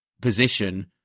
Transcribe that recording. position